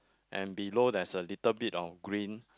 and below there's a little bit of green